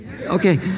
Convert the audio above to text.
Okay